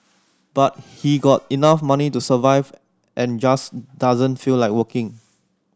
but he got enough money to survive and just doesn't feel like working